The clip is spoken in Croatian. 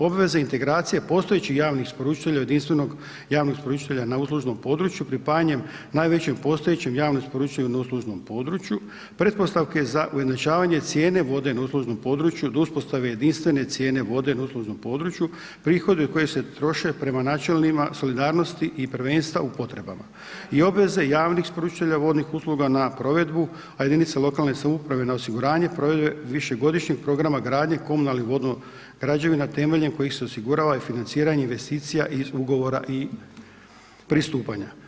Obveze integracije postojećih javnih isporučitelja od jedinstvenog javnog isporučitelja na uslužnom području, pripajanjem najvećeg postojećeg javnog isporučitelja na uslužnom području, pretpostavke, za ujednačavanje cijene vode na uslužnom području, od uspostave jedinstvene cijene vode na uslužnom području, prihodu koji se troše prema načelima solidarnosti i prvenstva u potrebama i obveze javnih isporučitelja javnih usluga na provedbu, a jedinice lokalne samouprave, na osiguranje provedbe višegodišnje programa gradnje, komunalno vodno građevina temeljem kojih se osigurava investiranje investicija, ugovora i pristupanja.